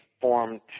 formed